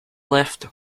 lift